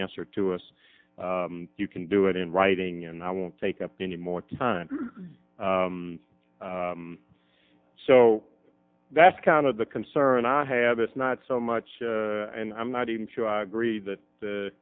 answer to us you can do it in writing and i won't take up any more time so that's kind of the concern i have is not so much and i'm not even sure i agree that